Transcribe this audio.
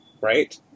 right